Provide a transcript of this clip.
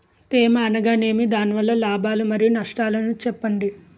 తేమ అనగానేమి? దాని వల్ల లాభాలు మరియు నష్టాలను చెప్పండి?